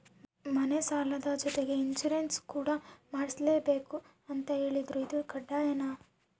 ಮನೆ ಸಾಲದ ಜೊತೆಗೆ ಇನ್ಸುರೆನ್ಸ್ ಕೂಡ ಮಾಡ್ಸಲೇಬೇಕು ಅಂತ ಹೇಳಿದ್ರು ಇದು ಕಡ್ಡಾಯನಾ?